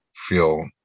feel